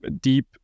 deep